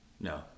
No